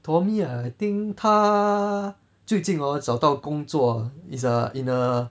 tommy I think 他最近 hor 找到工作 is err in a